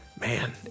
Man